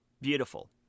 beautiful